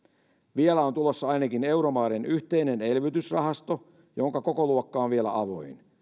vielä on tulossa ainakin euromaiden yhteinen elvytysrahasto jonka kokoluokka on vielä avoin